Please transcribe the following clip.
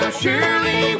surely